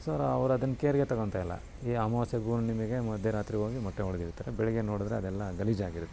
so ಅವ್ರು ಅದನ್ನ ಕೇರಿಗೆ ತಗೊಳ್ತಾಯಿಲ್ಲ ಈ ಅಮವಾಸ್ಯೆಗೊ ಹುಣ್ಣಿಮೆಗೆ ಮಧ್ಯರಾತ್ರಿ ಹೋಗಿ ಮೊಟ್ಟೆ ಹೊಡ್ದಿರ್ತಾರೆ ಬೆಳಗ್ಗೆ ನೋಡಿದರೆ ಅದೆಲ್ಲ ಗಲೀಜಾಗಿರುತ್ತೆ